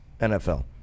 NFL